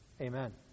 Amen